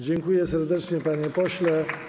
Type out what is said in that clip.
Dziękuję serdecznie, panie pośle.